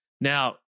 Now